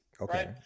Okay